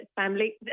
family